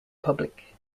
public